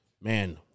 man